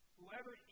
Whoever